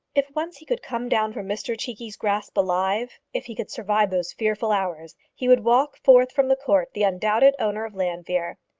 if once he could come down from mr cheekey's grasp alive, if he could survive those fearful hours, he would walk forth from the court the undoubted owner of llanfeare.